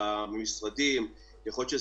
אנחנו